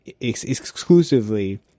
exclusively